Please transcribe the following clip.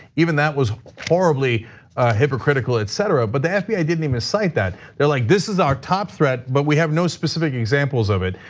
even that was horribly hypocritical etc. but the fbi didn't even cite that. they're like this is our top threat but we have no specific examples of it.